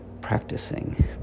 practicing